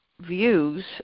views